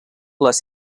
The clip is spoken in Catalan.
les